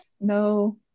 No